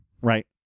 Right